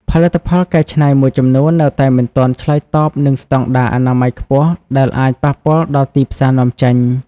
ផលិតផលកែច្នៃមួយចំនួននៅតែមិនទាន់ឆ្លើយតបនឹងស្តង់ដារអនាម័យខ្ពស់ ដែលអាចប៉ះពាល់ដល់ទីផ្សារនាំចេញ។